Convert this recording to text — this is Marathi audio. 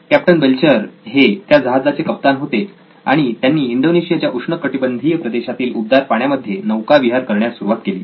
कॅप्टन बेल्चर हे त्या जहाजाचे कप्तान होते आणि त्यांनी इंडोनेशियाच्या उष्णकटिबंधीय प्रदेशातील ऊबदार पाण्यामध्ये नौकाविहार करण्यास सुरुवात केली